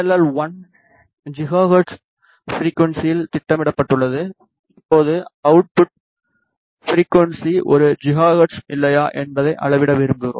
L1 gigahertz ஃபிரிக்குவன்ஸியில் திட்டமிடப்பட்டுள்ளது இப்போது அவுட்புட் ஃபிரிக்குவன்ஸி ஒரு ஜிகாஹெர்ட்ஸா இல்லையா என்பதை அளவிட விரும்புகிறோம்